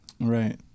Right